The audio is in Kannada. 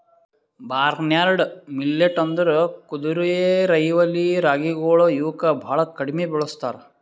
ಬಾರ್ನ್ಯಾರ್ಡ್ ಮಿಲ್ಲೇಟ್ ಅಂದುರ್ ಕುದುರೆರೈವಲಿ ರಾಗಿಗೊಳ್ ಇವುಕ್ ಭಾಳ ಕಡಿಮಿ ಬೆಳುಸ್ತಾರ್